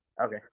Okay